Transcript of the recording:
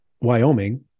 Wyoming